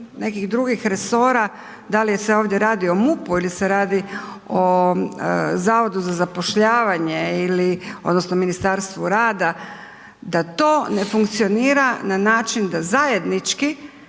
nekih drugih resora, da li se ovdje radi o MUP-u ili se radi o Zavodu za zapošljavanje ili odnosno Ministarstvu rada, da to ne funkcionira na način da zajednički